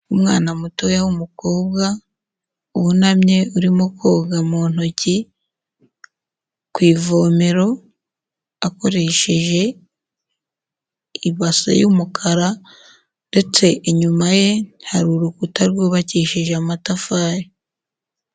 Umwana mutoya w'umukobwa, wunamye urimo koga mu ntoki ku ivomero, akoresheje ibase y'umukara ndetse inyuma ye hari urukuta rwubakishije amatafari.